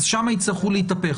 שם יצטרכו להתהפך.